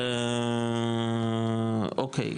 אוקי,